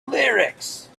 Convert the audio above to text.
lyrics